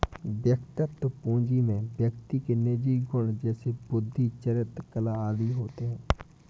वैयक्तिक पूंजी में व्यक्ति के निजी गुण जैसे बुद्धि, चरित्र, कला आदि होते हैं